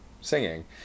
singing